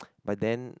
but then